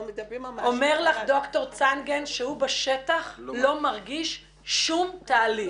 אומר לך דוקטור צנגן שהוא בשטח לא מרגיש שום תהליך.